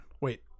Wait